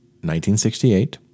1968